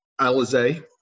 Alize